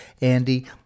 Andy